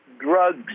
drugs